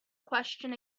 question